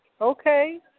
Okay